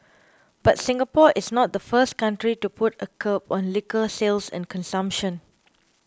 but Singapore is not the first country to put a curb on liquor sales and consumption